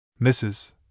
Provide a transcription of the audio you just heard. Mrs